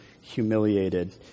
humiliated